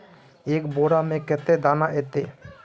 एक बोड़ा में कते दाना ऐते?